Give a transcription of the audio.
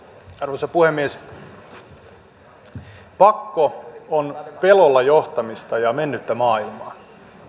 arvoisa puhemies pakko on pelolla johtamista ja mennyttä maailmaa